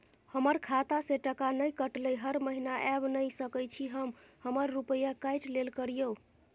हमर खाता से टका नय कटलै हर महीना ऐब नय सकै छी हम हमर रुपिया काइट लेल करियौ?